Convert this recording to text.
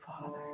Father